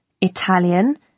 Italian